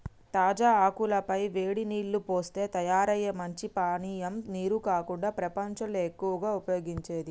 తాజా ఆకుల పై వేడి నీల్లు పోస్తే తయారయ్యే మంచి పానీయం నీరు కాకుండా ప్రపంచంలో ఎక్కువగా ఉపయోగించేది